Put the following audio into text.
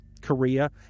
Korea